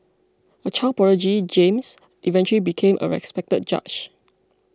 a child prodigy James eventually became a respected judge